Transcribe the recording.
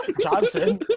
Johnson